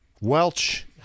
Welch